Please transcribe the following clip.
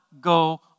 go